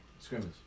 Scrimmage